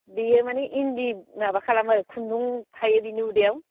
बेयो माने इन्दि माबा खालामो आरो खुनदुं थायो बेनि उदैयाव